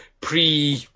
pre